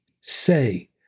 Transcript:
say